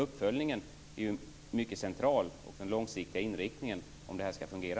Uppföljningen och den långsiktiga inriktningen är central om det hela skall fungera.